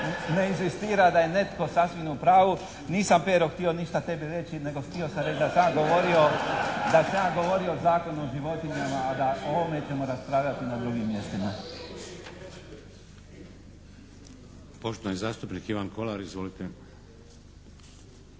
ne inzistira da je netko sasvim u pravu. Nisam Pero htio ništa tebi reći nego htio sam reći da sam ja govorio o Zakonu o životinjama, a da o ovome ćemo raspravljati na drugim mjestima. **Šeks, Vladimir (HDZ)** Poštovani zastupnik Ivan Kolar. Izvolite.